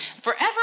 forever